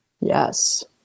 Yes